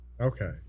Okay